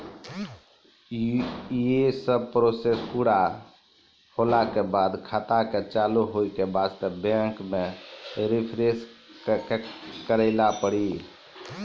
यी सब प्रोसेस पुरा होला के बाद खाता के चालू हो के वास्ते बैंक मे रिफ्रेश करैला पड़ी?